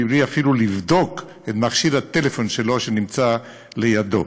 מבלי אפילו לבדוק את מכשיר הטלפון שלו שנמצא לידו.